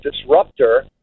disruptor